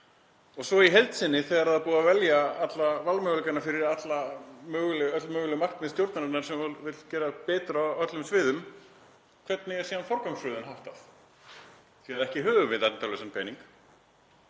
Og svo í heild sinni þegar það er búið að velja alla valmöguleikana fyrir öll möguleg markmið stjórnarinnar, sem vill gera betur á öllum sviðum, hvernig er síðan forgangsröðun háttað, því að ekki höfum við endalausan pening?